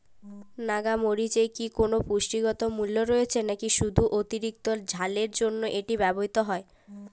নাগা মরিচে কি কোনো পুষ্টিগত মূল্য রয়েছে নাকি শুধু অতিরিক্ত ঝালের জন্য এটি ব্যবহৃত হয়?